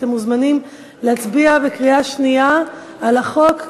אתם מוזמנים להצביע בקריאה שנייה על החוק,